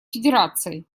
федерацией